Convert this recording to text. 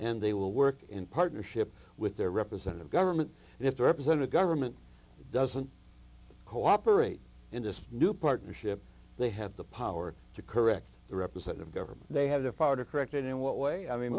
and they will work in partnership with their representative government and if the representative government doesn't cooperate in this new partnership they have the power to correct the representative government they have the power to correct it in what way i mean